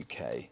UK